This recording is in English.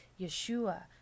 Yeshua